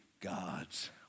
God's